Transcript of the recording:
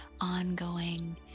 ongoing